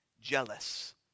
jealous